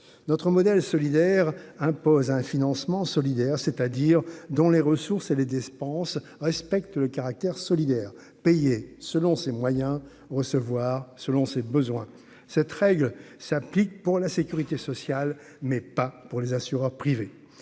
notre modèle solidaire impose à un financement solidaire, c'est-à-dire dont les ressources et les dispenses respecte le caractère solidaire payer selon ses moyens, recevoir selon ses besoins, cette règle s'applique pour la sécurité sociale mais pas pour les assureurs privés,